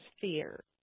fear